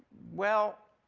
well,